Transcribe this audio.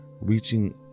reaching